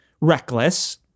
reckless